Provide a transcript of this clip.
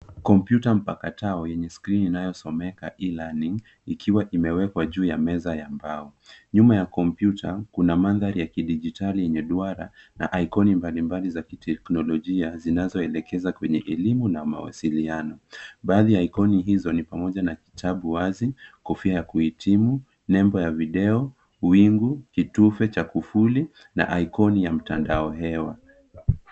Kompyuta mpakatao yenye skrini inayosomeka E-learning ikiwa imewekwa juu ya meza ya mbao. Nyuma ya kompyuta kuna mandhari ya kidijitali yenye duara na ikoni mbalimbali za kiteknolojia zinazoelekeza kwenye elimu na mawasiliano. Baadhi hizo ni pamoja na kitabu wazi, kofia ya kuhitimu, nembo ya video, wingu, kitufe cha kufuli na ikoni ya mtandao hewa.